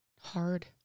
hard